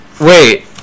Wait